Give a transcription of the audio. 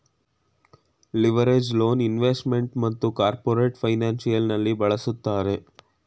leveraged loan investment ಮತ್ತು corporate financial ನಲ್ಲಿ ಬಳಸುತ್ತಾರೆ